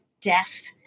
death